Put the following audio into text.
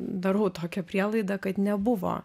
darau tokią prielaidą kad nebuvo